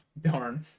darn